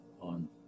on